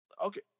okay